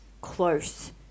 close